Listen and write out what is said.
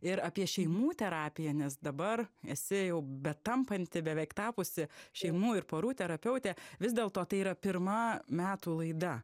ir apie šeimų terapiją nes dabar esi jau betampanti beveik tapusi šeimų ir porų terapeutė vis dėlto tai yra pirma metų laida